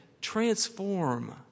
transform